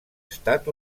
estat